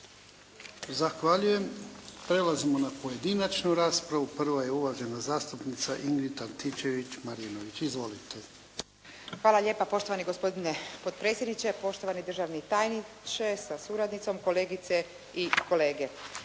Zahvaljujem. Prelazimo na pojedinačnu raspravu. Prva je uvažena zastupnica Ingrid Antičević-Marinović. Izvolite. **Antičević Marinović, Ingrid (SDP)** Hvala lijepa poštovani gospodine potpredsjedniče, poštovani državni tajniče sa suradnicom, kolegice i kolege.